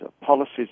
Policies